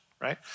right